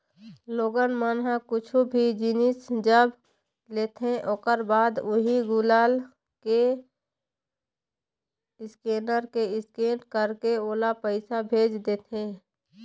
लोगन मन ह कुछु भी जिनिस जब लेथे ओखर बाद उही गुगल पे के स्केनर ले स्केन करके ओला पइसा भेज देथे